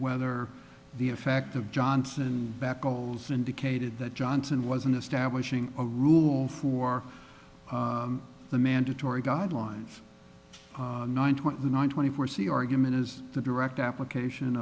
whether the effect of johnson back goals indicated that johnson wasn't establishing a rule for the mandatory guidelines nine twenty nine twenty four c argument is the direct application